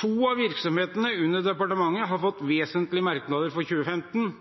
To av virksomhetene under departementet har fått vesentlige merknader for 2015: